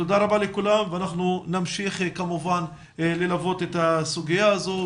תודה רבה לכולם ואנחנו נמשיך כמובן ללוות את הסוגיה הזו.